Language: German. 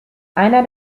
einer